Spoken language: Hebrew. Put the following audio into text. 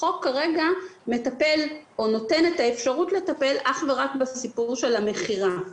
החוק כרגע נותן את האפשרות לטפל אך ורק בסיפור של המכירה.